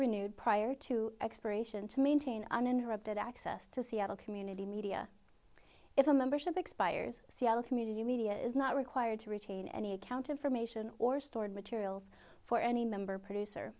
renewed prior to expiration to maintain uninterrupted access to seattle community media if a membership expires c l community media is not required to retain any account information or stored materials for any member producer